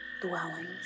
dwellings